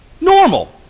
Normal